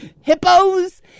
Hippos